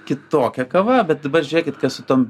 kitokia kava bet dabar žiūrėkit kas su tom